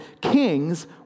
kings